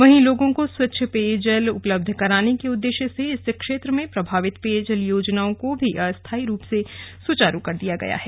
वहीं लोगों को स्वच्छ पेयजल उपलब्ध कराने के उददेश्य से इस क्षेत्र में प्रभावित पेयजल योजनाओं को भी अस्थाई रूप से सुचारू कर दिया गया है